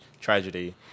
tragedy